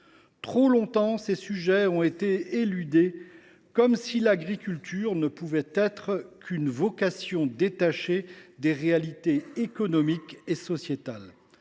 Trop longtemps, ces sujets ont été éludés, comme si l’agriculture ne pouvait être qu’une vocation détachée des réalités économiques et sociétales.